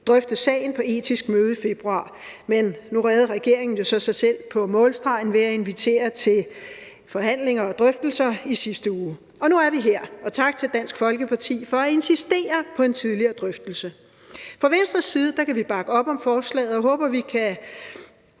mødet i den etiske kreds i februar, men nu reddede regeringen jo så sig selv på målstregen ved at invitere til forhandlinger og drøftelser i sidste uge. Og nu er vi her, og jeg vil sige tak til Dansk Folkeparti for at insistere på en tidligere drøftelse. Fra Venstres side kan vi bakke op om forslaget og håber, at vi kan